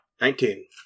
Nineteen